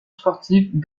sportive